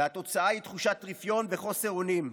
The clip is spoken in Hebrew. והתוצאה היא תחושת רפיון וחוסר אונים.